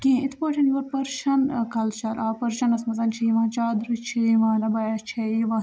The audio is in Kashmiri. کیٚنٛہہ یِتھ پٲٹھۍ یور پٔرشَن ٲں کَلچَر آو پٔرشَنَس منٛز چھِ یِوان چادرِ چھِ یِوان عبایہ چھِ یِوان